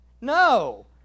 no